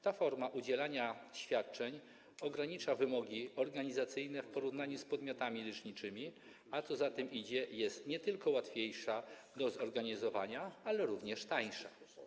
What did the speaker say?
Ta forma udzielania świadczeń ogranicza wymogi organizacyjne w porównaniu z podmiotami leczniczymi, a co za tym idzie, jest nie tylko łatwiejsza do zorganizowania, ale również tańsza.